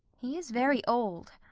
he is very old.